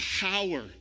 power